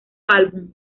álbum